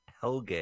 Helge